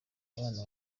abana